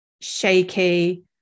shaky